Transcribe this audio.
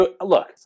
look